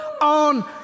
on